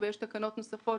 וכו'.יש תקנות נוספות